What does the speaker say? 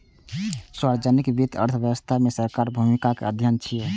सार्वजनिक वित्त अर्थव्यवस्था मे सरकारक भूमिकाक अध्ययन छियै